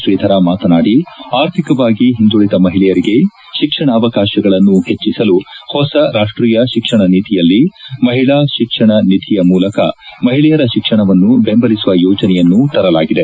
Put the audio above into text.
ಶ್ರೀಧರ ಮಾತನಾಡಿ ಆರ್ಥಿಕವಾಗಿ ಹಿಂದುಳದ ಮಹಿಳೆಯರಿಗೆ ಶಿಕ್ಷಣಾವಕಾಶಗಳನ್ನು ಹೆಚ್ಚಿಸಲು ಹೊಸ ರಾಷ್ಟೀಯ ಶಿಕ್ಷಣ ನೀತಿಯಲ್ಲಿ ಮಹಿಳಾ ಶಿಕ್ಷಣ ನಿಧಿಯ ಮೂಲಕ ಮಹಿಳೆಯರ ಶಿಕ್ಷಣವನ್ನು ಬೆಂಬಲಿಸುವ ಯೋಜನೆಯನ್ನು ತರಲಾಗಿದೆ